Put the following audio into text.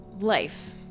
life